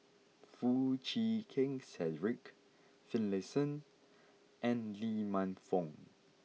Foo Chee Keng Cedric Finlayson and Lee Man Fong